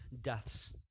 deaths